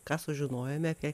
ką sužinojome apie